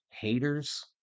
Haters